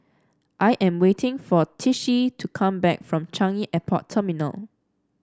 I am waiting for Tishie to come back from Changi Airport Terminal